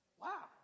Wow